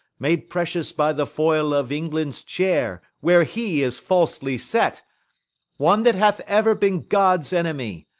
made precious by the foil of england's chair, where he is falsely set one that hath ever been god's enemy.